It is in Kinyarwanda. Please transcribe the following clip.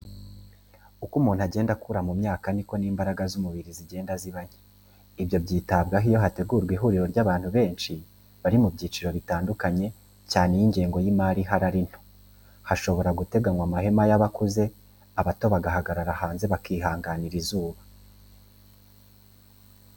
Uko umuntu agenda akura mu myaka niko n'imbaraga z'umubiri zigenda ziba nke, ibyo byitabwaho iyo hategurwa ihuriro ry'abantu benshi, bari mu byiciro bitandukanye, cyane iyo ingengo y'imari ihari nto; hashobora guteganywa amahema y'abakuze, abato bagahagarara hanze bakihanganira n'izuba.